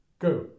go